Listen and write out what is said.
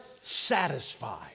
satisfied